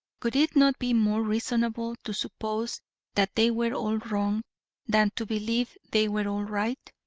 would it not be more reasonable to suppose that they were all wrong than to believe they were all right?